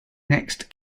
next